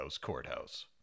Courthouse